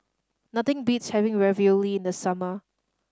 nothing beats having Ravioli in the summer